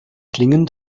klingen